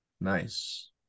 Nice